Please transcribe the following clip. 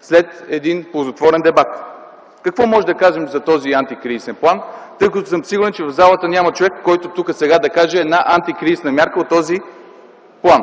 след един ползотворен дебат. Какво можем да кажем за този антикризисен план, тъй като съм сигурен, че в пленарната зала няма човек, който тук сега да каже една антикризисна мярка от този план?